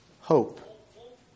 hope